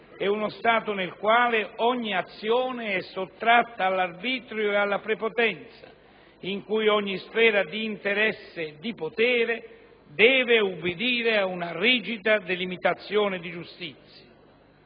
è uno Stato nel quale ogni azione è sottratta all'arbitrio e alla prepotenza, in cui ogni sfera di interesse e di potere deve ubbidire ad una rigida delimitazione di giustizia.